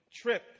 trip